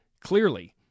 clearly